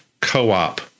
co-op